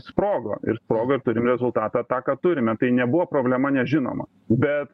sprogo ir sprogo ir turim rezultatą tą ką turime tai nebuvo problema nežinoma bet